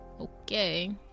Okay